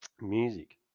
music